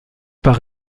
par